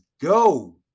Go